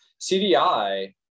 CDI